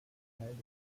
teil